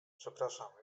przepraszam